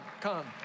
come